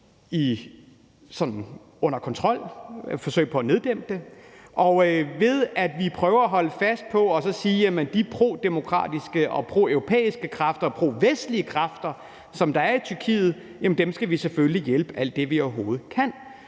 under kontrol – et forsøg på at neddæmpe den. Vi prøver at holde fast i også at sige:Jamen de prodemokratiske og proeuropæiske kræfter, provestlige kræfter, som der er i Tyrkiet, skal vi selvfølgelig hjælpe alt det, vi overhovedet kan.